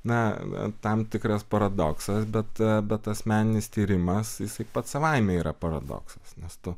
na tam tikras paradoksas bet bet tas meninis tyrimas jisai pats savaime yra paradoksas nes tu